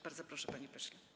Bardzo proszę, panie pośle.